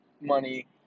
money